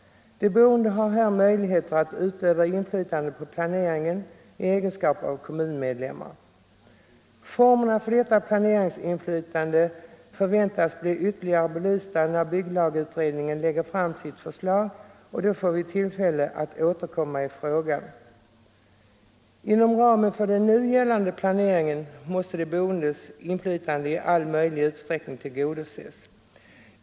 De boende har här möjligheter att utöva inflytande på planeringen i egenskap av kommunmedlemmar. Formerna för detta planeringsinflytande förväntas bliva ytterligare belysta när bygglagutredningen lägger fram sitt förslag, och då får vi tillfälle att återkomma i frågan. Inom ramen för den nu gällande planeringen måste de boendes inflytande i all möjlig utsträckning tillgodoses.